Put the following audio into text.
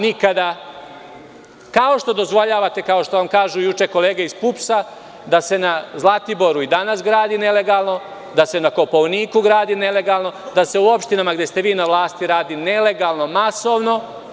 Nikada, kao što dozvoljavate, kao što vam kažu juče kolege iz PUPS, da se na Zlatiboru i danas gradi, da se na Kopaoniku gradi nelegalno, da se u opštinama gde ste vi na vlasti gradi nelegalno masovno.